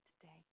today